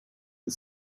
the